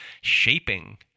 shaping